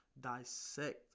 Dissect